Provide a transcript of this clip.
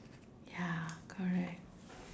ya correct